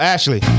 Ashley